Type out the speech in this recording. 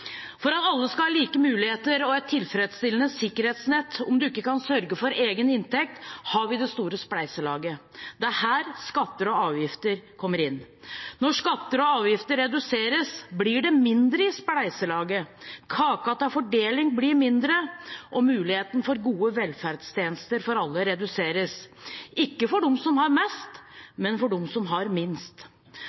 For at alle skal ha like muligheter og et tilfredsstillende sikkerhetsnett om man ikke kan sørge for egen inntekt, har vi det store spleiselaget. Det er her skatter og avgifter kommer inn. Når skatter og avgifter reduseres, blir det mindre i spleiselaget. Kaka til fordeling blir mindre, og mulighetene for gode velferdstjenester for alle reduseres – ikke for dem som har mest, men for dem som har minst.